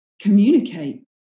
communicate